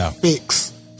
fix